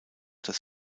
das